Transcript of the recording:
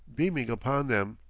beaming upon them.